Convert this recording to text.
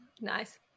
nice